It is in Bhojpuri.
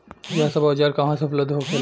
यह सब औजार कहवा से उपलब्ध होखेला?